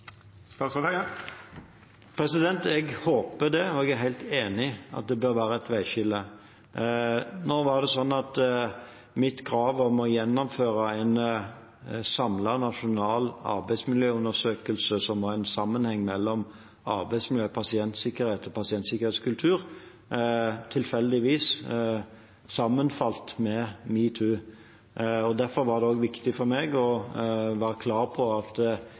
Jeg håper det, og jeg er helt enig i at det bør være et veiskille. Mitt krav om å gjennomføre en samlet nasjonal arbeidsmiljøundersøkelse, som var en sammenheng mellom arbeidsmiljø, pasientsikkerhet og pasientsikkerhetskultur, sammenfalt tilfeldigvis med metoo. Derfor var det viktig for meg å være klar på at